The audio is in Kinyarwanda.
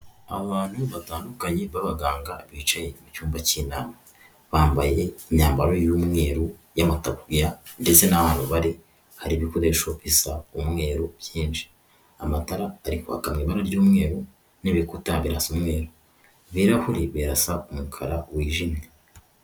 Aba bantu batandukanye b'abaganga bicaye mu cyumba cy'inama bambaye imyambaro y'umweru y'amatariya ndetse n'aho bari hari ibikoresho bisa umweru byinshi amatara arikwaka mu ibara ry'umweru n'ibikuta birasa umweru, ibirahuri birasa umukara wijimye.